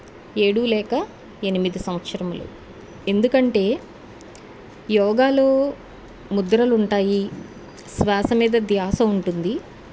ఏడు లేక ఎనిమిది సంవత్సరములు ఎందుకంటే యోగాలో ముద్రలు ఉంటాయి శ్వాస మీద ధ్యాస ఉంటుంది